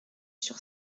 sur